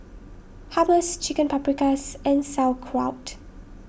Hummus Chicken Paprikas and Sauerkraut